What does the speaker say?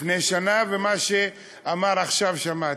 לפני שנה, ומה שאמר עכשיו שמעתי.